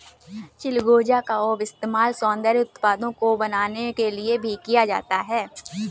चिलगोजा का इस्तेमाल सौन्दर्य उत्पादों को बनाने के लिए भी किया जाता है